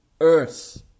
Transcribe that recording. earth